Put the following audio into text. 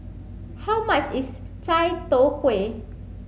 how much is Chai Tow Kuay